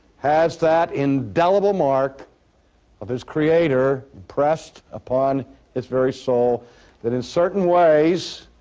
has that indelible mark of his creator impressed upon his very soul that in certain ways,